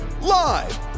Live